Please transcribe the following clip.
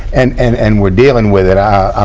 and and and we're dealing with it. i